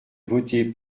voter